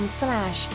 slash